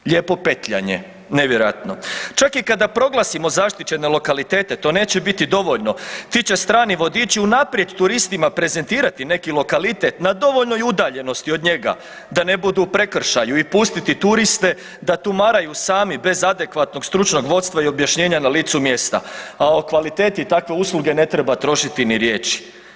Hm, lijepo petljanje, nevjerojatno, čak i kada proglasimo zaštićene lokalitete, to neće biti dovoljno, ti će strani vodiči unaprijed turistima prezentirati neki lokalitet na dovoljnoj udaljenosti od njega, da ne budu u prekršaju i pustiti turiste da tumaraju sami bez adekvatnog stručnog vodstva i objašnjenja na licu mjesta, a o kvaliteti takve usluge ne treba trošiti ni riječi.